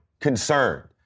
concerned